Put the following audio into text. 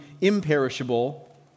imperishable